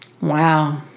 Wow